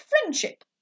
friendship